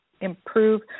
improve